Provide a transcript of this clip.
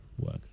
work